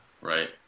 right